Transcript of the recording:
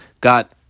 got